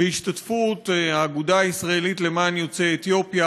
בהשתתפות האגודה הישראלית למען יהודי אתיופיה